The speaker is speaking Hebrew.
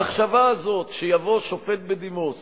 המחשבה הזאת, שיבוא שופט בדימוס